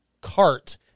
cart